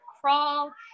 crawl